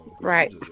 Right